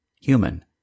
human